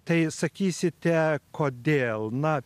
tai sakysite kodėl na